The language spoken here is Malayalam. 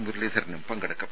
മുരളീധരനും പങ്കെടുക്കും